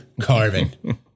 carving